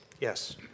Yes